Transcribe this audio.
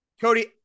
Cody